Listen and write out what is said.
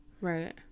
right